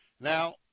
Now